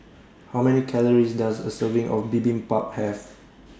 How Many Calories Does A Serving of Bibimbap Have